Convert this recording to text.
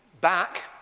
back